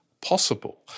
possible